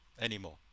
anymore